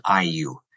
IU